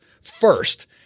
first